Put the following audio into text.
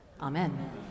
Amen